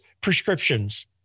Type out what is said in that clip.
prescriptions